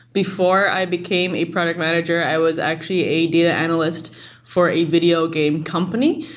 before i became a product manager i was actually a data analyst for a video game company.